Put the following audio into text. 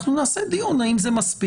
אנחנו נעשה דיון האם זה מספיק.